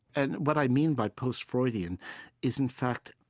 and what i mean by post-freudian is, in fact,